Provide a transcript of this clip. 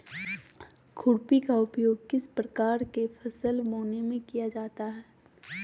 खुरपी का उपयोग किस प्रकार के फसल बोने में किया जाता है?